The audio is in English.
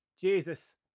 Jesus